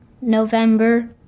November